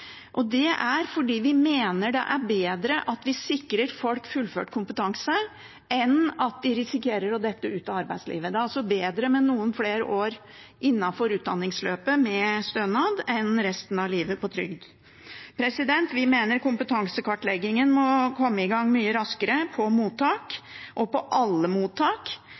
og det er fordi vi mener det er bedre at vi sikrer folk fullført kompetanse, enn at de risikerer å dette ut av arbeidslivet. Det er bedre med noen flere år med stønad innenfor utdanningsløpet enn resten av livet på trygd. Vi mener kompetansekartleggingen må komme i gang mye raskere på mottak – og på alle mottak.